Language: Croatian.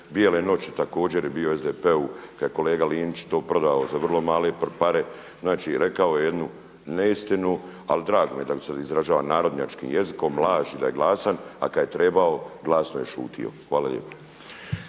Bijele noći također je bio SDP-u kad je kolega Linić to prodao za vrlo mare pare. Znači, rekao je jednu neistinu, ali drago mi je da se izražava narodnjačkim jezikom laži, da je glasan, a kada je trebao glasno je šutio. Hvala lijepo.